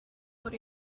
what